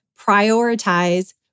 prioritize